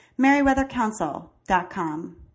meriwethercouncil.com